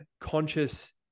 conscious